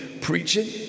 preaching